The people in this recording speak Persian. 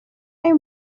این